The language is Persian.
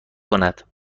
کند